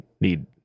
need